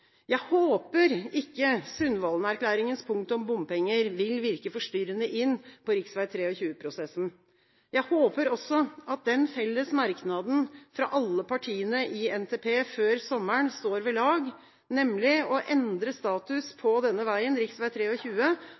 Jeg håper ikke Sundvolden-erklæringas punkt om bompenger vil virke forstyrrende inn på rv. 23-prosessen. Jeg håper også at den felles merknaden fra alle partiene i NTP før sommeren står ved lag, nemlig å endre status på denne veien